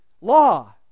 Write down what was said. Law